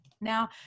now